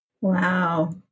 Wow